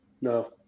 no